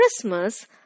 Christmas